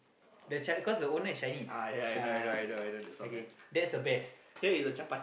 the c~ cause the owner is Chinese ah okay that's the best